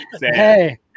Hey